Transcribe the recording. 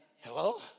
Hello